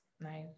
Nice